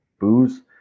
booze